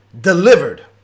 delivered